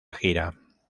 gira